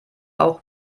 auch